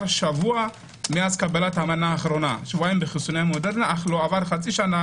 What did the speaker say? שבוע מאז קבלת המנה האחרונה שבועיים בחיסוני מודרנה אך לא עבר חצי שנה